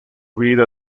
vida